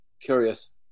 curious